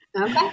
Okay